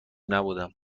نبودم